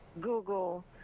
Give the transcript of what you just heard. google